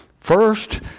First